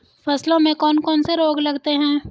फसलों में कौन कौन से रोग लगते हैं?